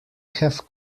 have